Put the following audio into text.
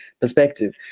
perspective